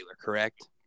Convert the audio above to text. correct